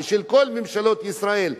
ושל כל ממשלות ישראל,